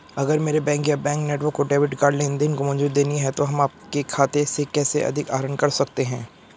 अगर मेरे बैंक या बैंक नेटवर्क को डेबिट कार्ड लेनदेन को मंजूरी देनी है तो हम आपके खाते से कैसे अधिक आहरण कर सकते हैं?